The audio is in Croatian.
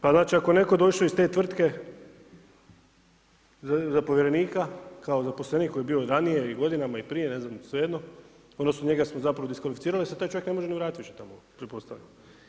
Pa znači ako je netko došao iz te tvrtke za povjerenika, kao zaposlenik koji je bio ranije i godinama prije, ne znam, svejedno, odnosno njega smo zapravo diskvalificirali, sad taj čovjek ne može se ni vratit tamo više, pretpostavljam.